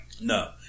No